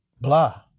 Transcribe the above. blah